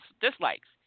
dislikes